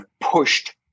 pushed